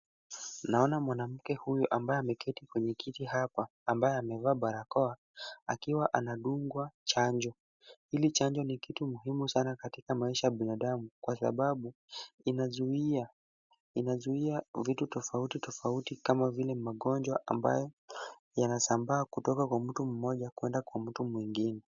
Naona mwanamke huyu ambaye ameketi kwenye kiti hapa ambaye amevaa barakoa akiwa anadungwa chanjo. Hili chanjo ni kitu muhimu sana katika maisha ya binadamu kwa sababu inazuia vitu tofauti tofauti kama vile magonjwa ambayo yanasambaa kutoka kwa mtu mmoja kwenda kwa mtu mwingine.